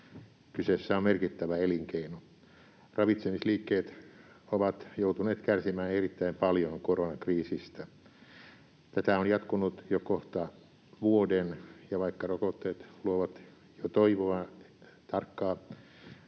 Kyseessä on merkittävä elinkeino. Ravitsemisliikkeet ovat joutuneet kärsimään erittäin paljon koronakriisistä. Tätä on jatkunut jo kohta vuoden, ja vaikka rokotteet luovat jo toivoa, tarkkaa